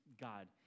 god